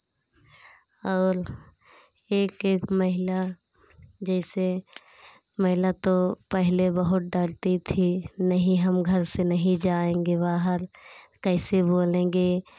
और एक एक महिला जैसे महिला तो पहले बहुत डरती थी नहीं हम घर से नहीं जाएंगे बाहर कैसे बोलेंगे